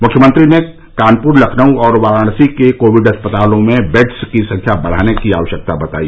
मुख्यमंत्री ने कानपुर लखनऊ और वाराणसी के कोविड अस्पतालों में बेड्स की संख्या बढ़ाने की आवश्यकता बताई